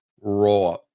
Raw